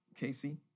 Casey